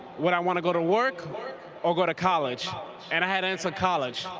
would i want to go to work or or go to college and i had answered college,